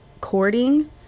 courting